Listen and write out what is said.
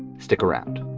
stick around